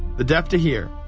the deaf to hear,